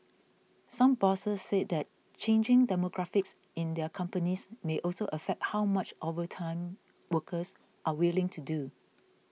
some bosses said that changing demographics in their companies may also affect how much overtime workers are willing to do